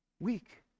weak